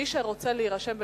מי שרוצה להירשם בנוסף,